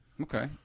okay